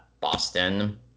Boston